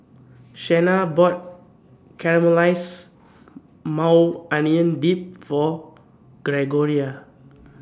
Shenna bought Caramelized Maui Onion Dip For Gregoria